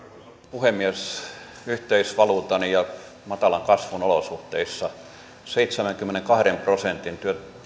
puhemies yhteisvaluutan ja matalan kasvun olosuhteissa seitsemänkymmenenkahden prosentin